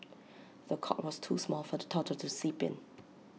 the cot was too small for the toddler to sleep in